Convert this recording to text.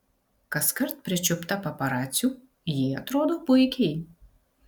kaskart pričiupta paparacių ji atrodo puikiai